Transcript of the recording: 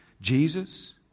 Jesus